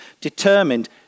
determined